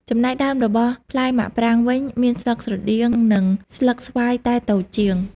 ចំណែកដើមរបស់ផ្លែមាក់ប្រាងវិញ មានស្លឹកស្រដៀងនឹងស្លឹកស្វាយតែតូចជាង។